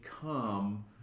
come